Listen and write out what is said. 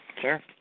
Sure